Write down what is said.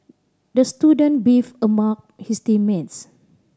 the student beefed his team mates